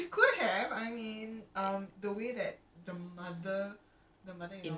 ah she would have slapped him